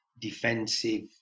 defensive